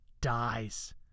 dies